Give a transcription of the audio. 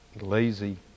lazy